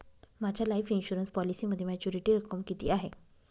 माझ्या life insurance पॉलिसीमध्ये maturity रक्कम किती आहे?